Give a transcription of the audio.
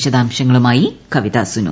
വിശദാംശങ്ങളുമായി കവിത സുനു